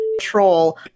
troll